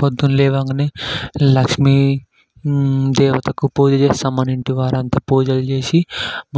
పొద్దున లేవగానే లక్ష్మి దేవతకు పూజ చేస్తాం మన ఇంటి వారంతా పూజలు చేసి